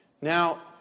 Now